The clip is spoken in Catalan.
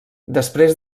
després